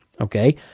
Okay